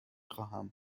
خواهم